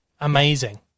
Amazing